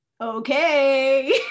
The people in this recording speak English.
Okay